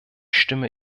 stimme